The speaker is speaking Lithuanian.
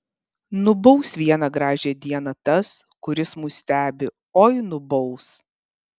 nubaus vieną gražią dieną tas kuris mus stebi oi nubaus